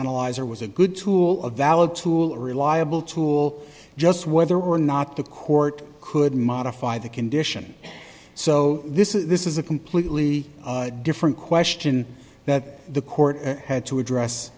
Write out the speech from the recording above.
analyzer was a good tool a valid tool a reliable tool just whether or not the court could modify the condition so this is this is a completely different question that the court had to address